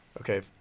Okay